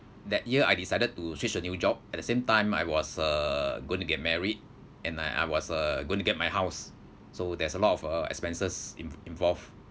that year I decided to switch a new job at the same time I was uh going to get married and I I was uh going to get my house so there's a lot of uh expenses in~ involved